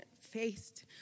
faced